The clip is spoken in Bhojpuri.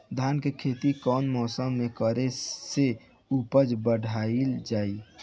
धान के खेती कौन मौसम में करे से उपज बढ़ाईल जाई?